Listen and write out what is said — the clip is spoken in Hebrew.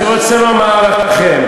אני רוצה לומר לכם,